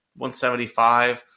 175